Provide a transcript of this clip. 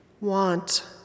want